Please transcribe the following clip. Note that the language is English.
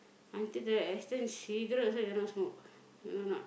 until the Aston cigarette also you cannot smoke you know or not